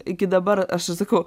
iki dabar aš ir sakau